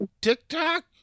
TikTok